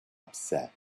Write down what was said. upset